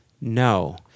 No